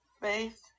faith